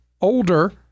older